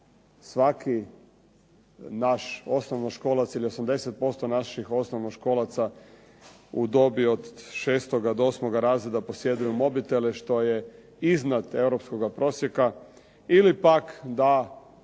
svaki naš osnovnoškolac ili 80% naših osnovnoškolaca u dobi od 6. do 8. razreda posjeduju mobitele, što je iznad europskoga prosjeka ili pak da